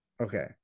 Okay